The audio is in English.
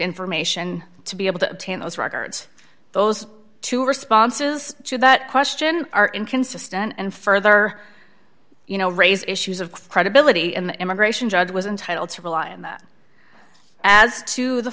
information to be able to obtain those records those two responses to that question are inconsistent and further you know raise issues of credibility in the immigration judge was entitled to the law and that as to the